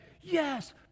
yes